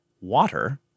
water